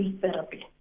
therapy